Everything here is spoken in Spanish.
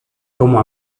como